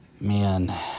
man